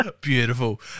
Beautiful